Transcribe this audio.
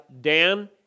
Dan